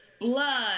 blood